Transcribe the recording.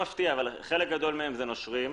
חלק גדול מהם הם נושרים,